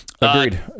Agreed